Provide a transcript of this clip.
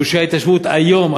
גושי ההתיישבות היום,